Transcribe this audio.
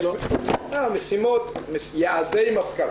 יעדי מפכ"ל,